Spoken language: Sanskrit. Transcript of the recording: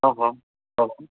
ओहो ओहो